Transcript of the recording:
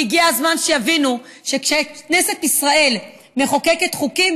כי הגיע הזמן שיבינו שכשכנסת ישראל מחוקקת חוקים,